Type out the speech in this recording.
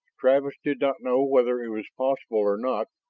travis did not know whether it was possible or not,